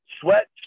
Sweat